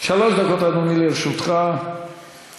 הרווחה והבריאות להכנתה לקריאה ראשונה.